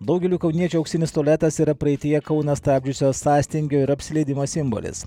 daugeliui kauniečių auksinis tualetas yra praeityje kauną stabdžiusio sąstingio ir apsileidimo simbolis